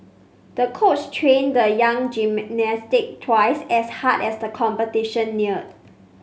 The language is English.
the coach trained the young gymnast twice as hard as the competition neared